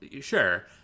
sure